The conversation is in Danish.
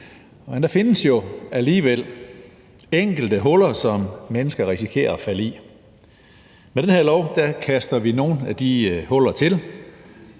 Der findes jo alligevel enkelte huller, som mennesker risikerer at falde i, men med den her lov kaster vi nogle af de huller til.